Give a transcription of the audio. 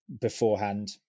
beforehand